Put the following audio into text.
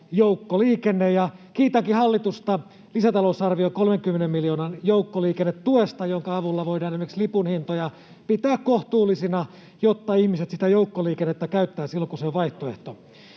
Kiitänkin hallitusta lisätalousarvion 30 miljoonan joukkoliikennetuesta, jonka avulla voidaan esimerkiksi lipunhintoja pitää kohtuullisina, jotta ihmiset sitä joukkoliikennettä käyttävät silloin, kun se on vaihtoehto.